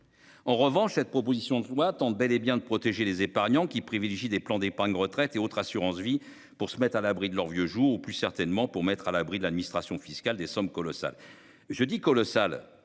En revanche, cette proposition de loi tente bel et bien de protéger les épargnants qui privilégie des plans d'épargne retraite et autres assurances vie pour se mettre à l'abri de leurs vieux jours ou plus certainement pour mettre à l'abri de l'administration fiscale, des sommes colossales. Je dis colossal.